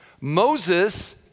Moses